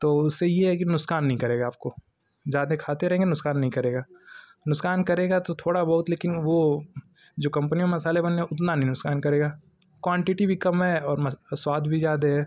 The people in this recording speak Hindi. तो उससे ये है कि नुकसान नहीं करेगा आपको ज्यादे खाते रहेंगे नुकसान नहीं करेगा नुकसान करेगा तो थोड़ा बहुत लेकिन वो जो कंपनी में मसाले बनने उतना नहीं नुकसान करेगा क्वान्टिटी भी कम है और स्वाद भी ज्यादे है